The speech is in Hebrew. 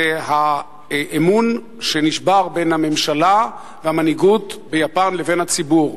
זה האמון שנשבר בין הממשלה והמנהיגות ביפן ובין הציבור.